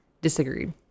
disagreed